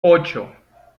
ocho